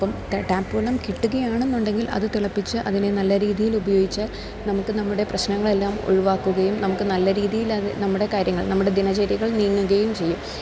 അപ്പം ടാപ്പ് വെള്ളം കിട്ടുകയാണെന്നുണ്ടെങ്കില് അത് തിളപ്പിച്ച് അതിനെ നല്ല രീതിയിലുപയോഗിച്ച് നമുക്ക് നമ്മുടെ പ്രശ്നങ്ങളെല്ലാം ഒഴിവാക്കുകയും നമുക്ക് നല്ല രീതിയിലത് നമ്മുടെ കാര്യങ്ങൾ നമ്മുടെ ദിനചര്യകൾ നീങ്ങുകയും ചെയ്യും